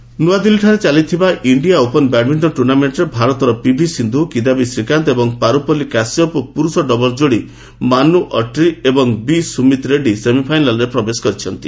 badminton ନ୍ନଆଦିଲ୍ଲୀଠାରେ ଚାଲିଥିବା India Open badminton ଟୁର୍ଣ୍ଣାମେଣ୍ଟରେ ଭାରତର ପିଭି ସିନ୍ଧୁ କିଦାୟି ଶ୍ରୀକାନ୍ତ ଏବଂ ପାରୁପଲ୍ଲୀ କାଶ୍ୟପ ଓ ପୁରୁଷ ଡବଲ୍ସ ଯୋଡ଼ି ମାନୁ ଅଟ୍ରି ଏବଂ ବି ସୁମିତ୍ ରେଡ୍ରୀ ସେମିଫାଇନାଲ୍ରେ ପ୍ରବେଶ କରିଛନ୍ତି